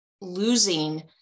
losing